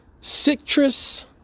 citrus